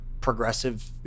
progressive